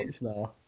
no